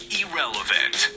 irrelevant